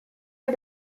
wir